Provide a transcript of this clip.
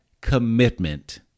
commitment